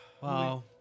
Wow